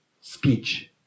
speech